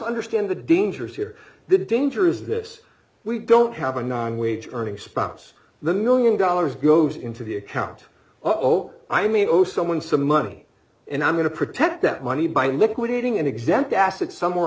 understand the dangers here the danger is this we don't have a non wage earning spouse the million dollars goes into the account oh i mean over someone some money and i'm going to protect that money by liquidating an exempt asset somewhere